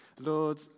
Lord